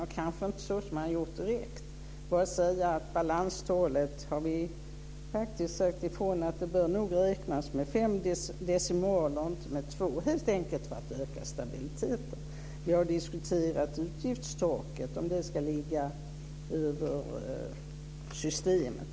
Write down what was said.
Vi har faktiskt sagt ifrån om att balanstalet nog bör räknas med fyra decimaler och inte med två helt enkelt för att öka stabiliteten. Vi har diskuterat om utgiftstaket ska ligga över systemet.